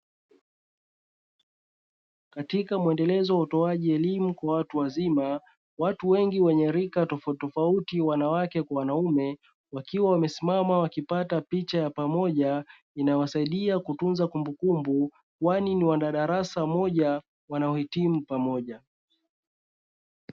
Katika muendelezo wa utoaji elimu kwa watu wazima, watu wengi wenye rika tofautitofauti wanawake kwa wanaume wakiwa wamesimama wakipata picha ya pamoja inayowasaidia kutunza kumbukumbu kwani ni wanadarasa moja wanao hitimu pamoja.